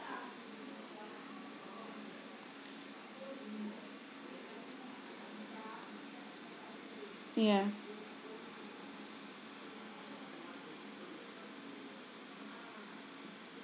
yeah